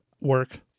work